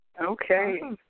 Okay